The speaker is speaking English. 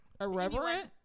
Irreverent